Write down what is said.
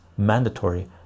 mandatory